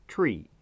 Tree